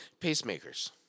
pacemakers